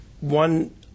one